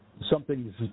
something's